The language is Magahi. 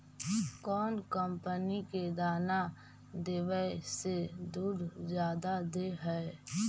कौन कंपनी के दाना देबए से दुध जादा दे है?